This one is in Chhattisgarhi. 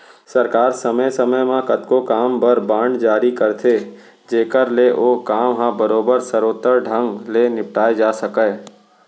सरकार समे समे म कतको काम बर बांड जारी करथे जेकर ले ओ काम ह बरोबर सरोत्तर ढंग ले निपटाए जा सकय